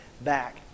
back